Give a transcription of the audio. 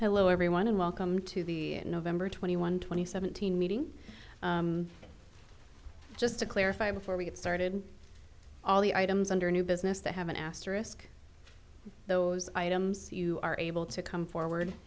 hello everyone and welcome to the nov twenty one twenty seventeen meeting just to clarify before we get started all the items under new business to have an asterisk those items you are able to come forward